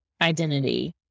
identity